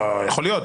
יכול להיות,